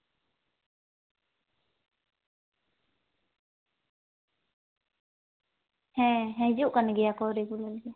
ᱦᱮᱸ ᱦᱤᱡᱩᱜ ᱠᱟᱱ ᱜᱮᱭᱟ ᱠᱚ ᱨᱮᱜᱩᱞᱟᱨ ᱜᱮ